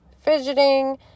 fidgeting